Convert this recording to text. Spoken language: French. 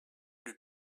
lui